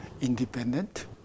independent